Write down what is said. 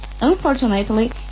unfortunately